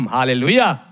Hallelujah